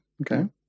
Okay